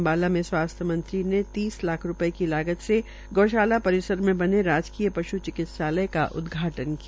अम्बाला में स्वास्थ्य मंत्री ने तीस लाख रूपये की लागत से गौशाला परिसर में बने राजकीय पश् चिकित्सालय का उदघाटन किया